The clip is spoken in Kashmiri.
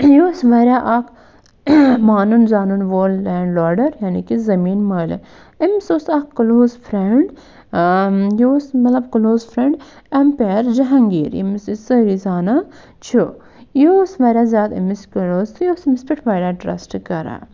یہِ اوس واریاہ اکھ مانُن زانُن وول لٮ۪نڈ لاڈر یعنی کہِ زٔمیٖن مٲلِک أمِس اوس اکھ کٕلوز فرٛینٛڈ یہِ اوس مطلب کٕلوز فرٛٮنٛڈ اٮ۪مپَیر جَہانگیٖر أمِس ٲسۍ سٲری زانان چھُ یہِ اوس واریاہ زیادٕ أمِس کٕلوز تہٕ یہِ اوس أمِس پٮ۪ٹھ واریاہ ٹرسٹ کران